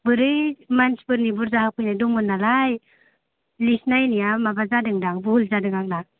बोरै मानसिफोरनि बुरजा होफैनाय दंमोन नालाय लिरनाय नायनाया माबा जादों दां बुहुल जादों आंना